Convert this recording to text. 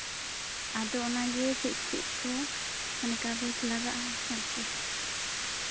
ᱟᱫᱚ ᱚᱱᱟᱜᱮ ᱪᱮᱫ ᱪᱮᱫ ᱠᱚ ᱠᱟᱜᱚᱡ ᱞᱟᱜᱟᱜᱼᱟ ᱟᱨᱠᱤ